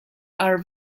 are